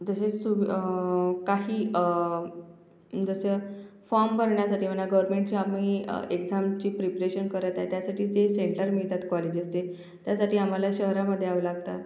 जसे सु काही जसं फॉम भरण्यासाठी म्हणा गोरमेंटचे आम्ही एक्झामची प्रिप्रेशन करत आहे त्यासाठी जे सेंटर मिळतात कॉलेजेसचे त्यासाठी आम्हाला शहरामध्ये यावं लागतात